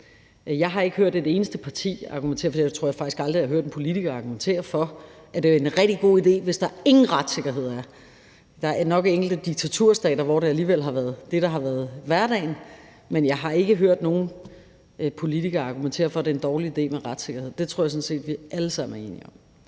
Jeg har ikke hørt et eneste parti argumentere for, og jeg tror faktisk aldrig, jeg har hørt en politiker argumentere for, at det er en rigtig god idé, hvis der ingen retssikkerhed er. Der er nok enkelte diktaturstater, hvor det alligevel har været det, der har været hverdagen, men jeg har ikke hørt nogen politikere her argumentere for, at det er en dårlig idé med retssikkerhed. Det tror jeg sådan set vi alle sammen er enige om.